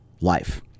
life